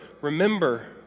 remember